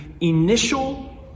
initial